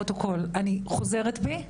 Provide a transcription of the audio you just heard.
לפרוטוקול: אני חוזרת בי,